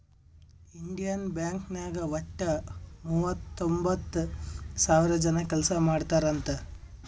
Indian Bank ನಾಗ್ ವಟ್ಟ ಮೂವತೊಂಬತ್ತ್ ಸಾವಿರ ಜನ ಕೆಲ್ಸಾ ಮಾಡ್ತಾರ್ ಅಂತ್